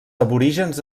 aborígens